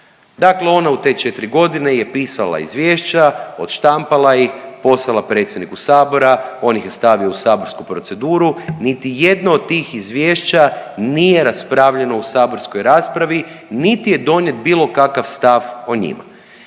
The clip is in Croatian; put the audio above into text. Dakle ona u te 4 godine je pisala izvješća, odštampala ih, poslala predsjedniku sabora, on ih je stavio u saborsku proceduru, niti jedno od tih izvješća nije raspravljeno u saborskoj raspravi niti je donijet bilo kakav stav o njima.